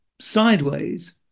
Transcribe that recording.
sideways